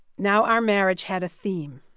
now our marriage had a theme.